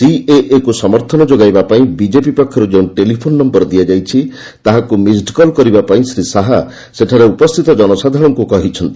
ସିଏଏକୁ ସମର୍ଥନ ଯୋଗାଇବା ପାଇଁ ବିଜେପି ପକ୍ଷରୁ ଯେଉଁ ଟେଲିଫୋନ ନ୍ୟର ଦିଆଯାଇଛି ତାହାକ୍ ମିସ୍ଡ୍କଲ୍ କରିବା ପାଇଁ ଶ୍ରୀ ଶାହା ସେଠାରେ ଉପସ୍ଥିତ ଜନସାଧାରଣଙ୍କ କହିଛନ୍ତି